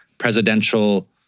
presidential